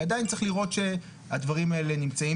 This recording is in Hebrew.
ועדיין צריך לראות שהדברים האלה נמצאים